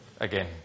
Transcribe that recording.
again